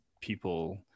people